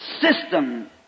system